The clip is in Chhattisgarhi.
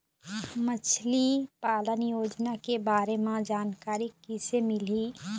मछली पालन योजना के बारे म जानकारी किसे मिलही?